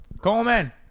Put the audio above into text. Coleman